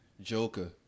Joker